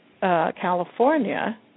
California